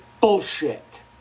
bullshit